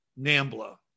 NAMBLA